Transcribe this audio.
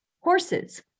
horses